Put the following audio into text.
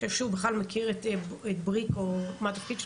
אתה חושב שהוא בכלל מכיר את בריק או מה התפקיד שלו?